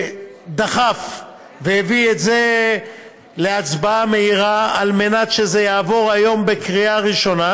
שדחף והביא את זה להצבעה מהירה על מנת שזה יעבור היום בקריאה ראשונה,